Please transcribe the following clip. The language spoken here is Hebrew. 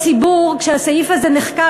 כשהסעיף הזה נחקק,